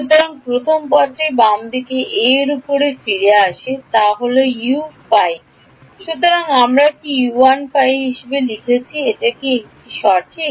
সুতরাং প্রথম পদটি বাম দিকে a এর উপরে ফিরে আসা হল ইউ Φ Φ 1 সুতরাং আমরা কি লিখেছি এটি কি এটি সঠিক